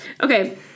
Okay